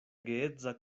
geedza